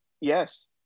Yes